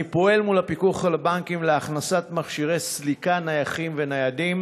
אני פועל מול הפיקוח על הבנקים להכנסת מכשירי סליקה נייחים וניידים,